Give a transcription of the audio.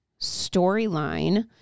storyline